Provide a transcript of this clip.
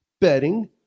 Betting